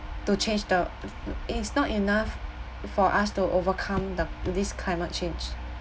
to change the it is not enough for us to overcome the this climate change